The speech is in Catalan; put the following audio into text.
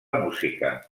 música